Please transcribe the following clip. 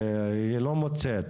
היא לא מוצאת.